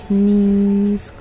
knees